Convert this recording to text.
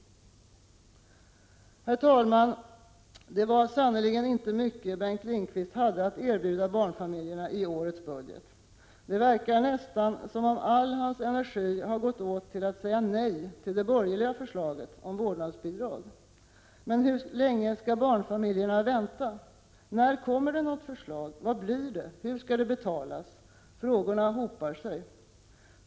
Herr talman! Det var sannerligen inte mycket Bengt Lindqvist hade att erbjuda barnfamiljerna i årets budget. Det verkar nästan som om all hans energi har gått åt till att säga nej till det borgerliga förslaget om vårdnadsbidrag. Hur länge skall barnfamiljerna vänta? När kommer något förslag? Vad blir det? Hur skall det betalas? Frågorna hopar sig.